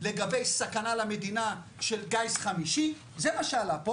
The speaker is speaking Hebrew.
לגבי סכנה למדינה של גיס חמישי זה מה שעלה פה